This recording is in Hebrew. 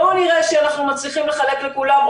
בואו נראה שאנחנו מצליחים לחלק לכולם,